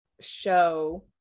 show